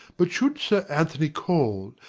but should sir anthony call,